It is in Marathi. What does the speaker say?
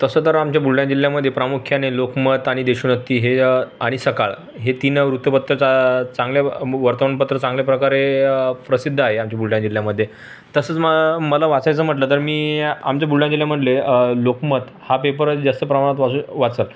तसं तर आमच्या बुलढाणा जिल्ल्यामध्ये प्रामुख्याने लोकमत आनि देशोन्नति हे आणि सकाळ हे तीन वृत्तपत्र चा चांगल्या वर्तमानपत्र चांगल्या प्रकारे प्रसिद्ध आहे आमच्या बुलढाणा जिल्ह्यामध्ये तसंच मग मला वाचायचं म्हटलं तर मी आमच्या बुलढाणा जिल्ह्यामधले लोकमत हा पेपरच जास्त प्रमाणात वाच वाचतात